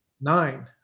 Nine